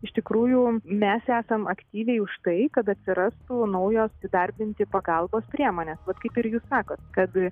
iš tikrųjų mes esam aktyviai už tai kad atsirastų naujos įdarbinti pagalbos priemonės vat kaip ir jūs sakot kad